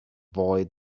boy